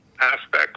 aspects